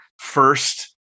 first